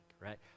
right